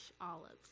olives